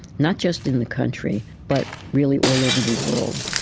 not just in the country, but really all over the world.